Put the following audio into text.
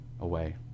away